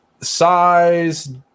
size